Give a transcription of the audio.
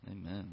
Amen